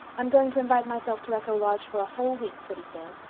i'm going to invite myself to echo lodge for a whole week pretty soon.